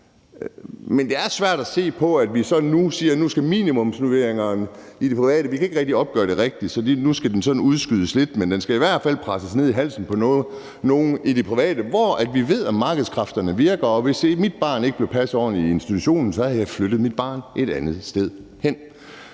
Men det er svært at se på, at vi så siger, at nu skal der også være minimumsnormeringer i det private. Vi kan ikke rigtig opgøre det rigtigt, så nu skal det sådan udskydes lidt, men det skal i hvert fald presses ned i halsen på nogen i det private, hvor vi ved at markedskræfterne virker. Hvis mit barn ikke blev passet ordentligt i institutionen, havde jeg flyttet mit barn et andet sted hen.